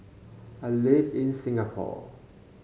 I live in Singapore